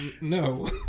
no